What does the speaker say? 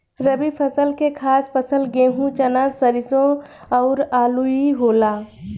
रबी फसल के खास फसल गेहूं, चना, सरिसो अउरू आलुइ होला